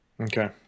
Okay